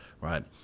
right